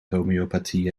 homeopathie